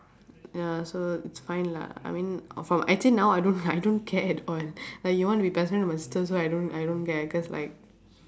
ya so it's fine lah I mean of uh actually now I don't I don't care at all like you want to be best friend with my sister also I don't I don't care cause like